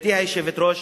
גברתי היושבת-ראש,